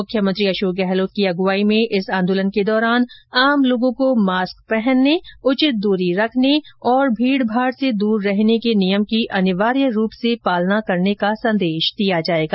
मुख्यमंत्री अशोक गहलोत की अगुवाई में इस आन्दोलन के दौरान आम लोगों को मास्क पहनने उचित दूरी रखने और भीड़ भाड़ से दूर रहने के नियम की अनिवार्य रूप से पालना करने का संदेश दिया जाएगा